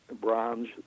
bronze